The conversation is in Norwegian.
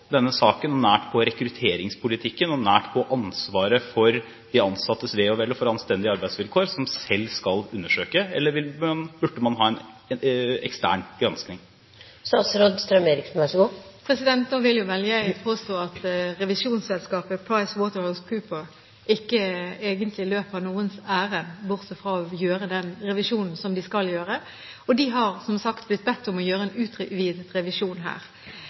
denne saken, nær i rekrutteringspolitikken og nær ansvaret for de ansattes ve og vel og for anstendige arbeidsvilkår, som selv skal undersøke, eller burde man ha en ekstern granskning? Jeg vil påstå at revisjonsselskapet PricewaterhouseCoopers egentlig ikke løper noens ærend, bortsett fra å gjøre den revisjonen de skal gjøre. De har, som sagt, blitt bedt om å gjøre en utvidet revisjon.